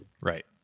Right